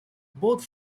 both